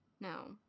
No